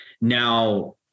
Now